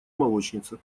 молочница